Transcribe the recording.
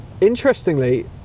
interestingly